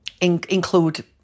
include